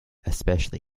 especially